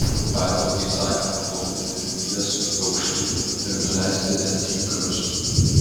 perduok įsakymą plaukti dvi mylias upe aukštyn ir nuleisti ten inkarus